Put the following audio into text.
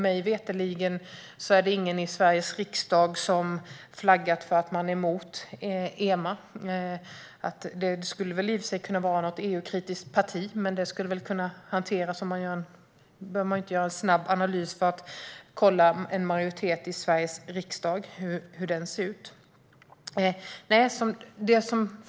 Mig veterligen är det ingen i Sveriges riksdag som har flaggat för att man är emot EMA. Det skulle i och för sig kunna vara något EU-kritiskt parti, men det behöver man inte göra en snabb analys av för att se hur en majoritet i Sveriges riksdag ser ut.